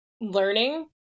learning